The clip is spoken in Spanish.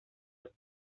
los